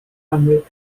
annwyd